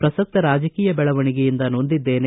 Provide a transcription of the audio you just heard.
ಪ್ರಸಕ್ತ ರಾಜಕೀಯ ಬೆಳವಣಿಗೆಯಿಂದ ನೊಂದಿದ್ದೇನೆ